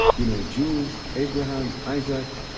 you know, jews, abraham, isaac,